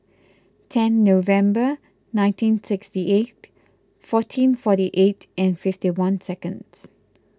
ten November nineteen sixty eight fourteen forty eight and fifty one seconds